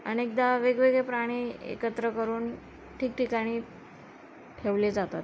अनेकदा वेगवेगळे प्राणी एकत्र करून ठिकठिकाणी ठेवले जातात